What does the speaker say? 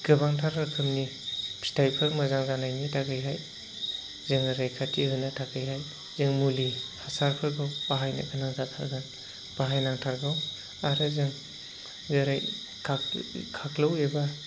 गोबांथार रोखोमनि फिथाइफोर मोजां जानायनि थाखायहाय जोङो रैखाथि होनो थाखायहाय जोङो मुलि हासारफोरखौ बाहायनो गोनां जाथारगोन बाहायनांथारगौ आरो जों जेरै खाख्लु एबा